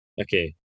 Okay